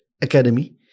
academy